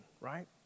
right